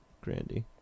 Grandy